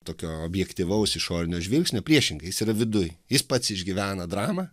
tokio objektyvaus išorinio žvilgsnio priešingai jis yra viduj jis pats išgyvena dramą